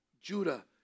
Judah